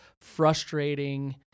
frustrating